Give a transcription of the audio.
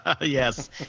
Yes